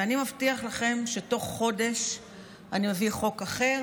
ואני מבטיח לכם שתוך חודש אני מביא חוק אחר,